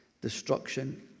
destruction